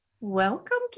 welcome